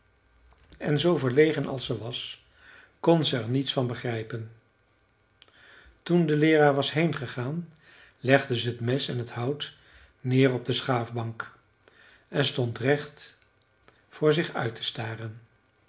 en zoo verlegen als ze was kon ze er niets van begrijpen toen de leeraar was heengegaan legde ze t mes en t hout neer op de schaafbank en stond recht voor zich uit te staren